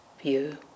view